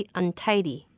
untidy